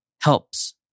helps